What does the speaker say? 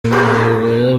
imihigo